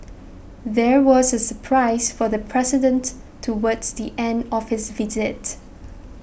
there was a surprise for the president towards the end of his visit